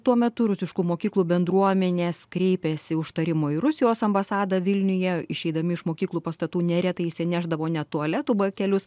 tuo metu rusiškų mokyklų bendruomenės kreipėsi užtarimo į rusijos ambasadą vilniuje išeidami iš mokyklų pastatų neretai išsinešdavo net tualetų bakelius